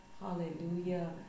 Hallelujah